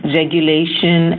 regulation